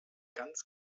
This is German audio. ganz